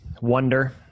wonder